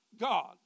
God